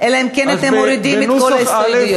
אלא אם כן אתם מורידים את כל ההסתייגויות.